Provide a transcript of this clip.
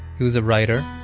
he was a writer.